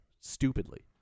Stupidly